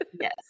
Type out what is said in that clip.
yes